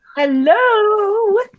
Hello